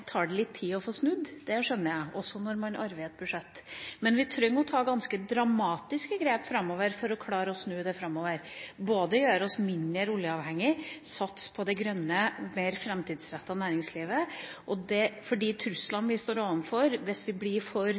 tar det litt tid å få snudd, det skjønner jeg, også når man arver et budsjett. Men vi trenger å ta ganske dramatiske grep framover for å klare å snu det, både ved å gjøre oss mindre oljeavhengig og ved å satse på det grønne, mer framtidsrettede næringslivet. For de truslene vi står overfor hvis oljen vår ikke blir